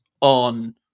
on